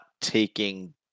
Taking